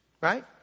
right